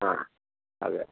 ആ അതെ